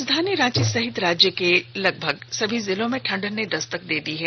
राजधानी रांची सहित राज्य के लगभग सभी जिलों में ठंड ने दस्तक दे दी है